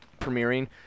premiering